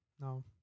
No